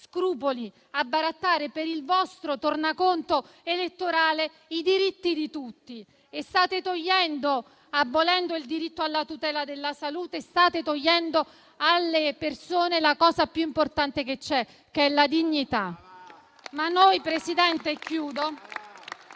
scrupoli a barattare per il vostro tornaconto elettorale i diritti di tutti. State abolendo il diritto alla tutela della salute, state togliendo alle persone la cosa più importante che c'è: la dignità. Noi,